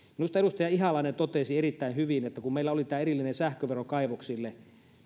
minusta edustaja ihalainen totesi erittäin hyvin että kun meillä oli tämä erillinen sähkövero kaivoksille